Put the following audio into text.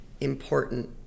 important